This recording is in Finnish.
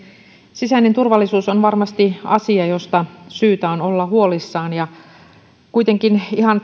sisäinen turvallisuus on varmasti asia josta on syytä olla huolissaan kuitenkin ihan